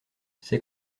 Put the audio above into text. ses